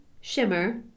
shimmer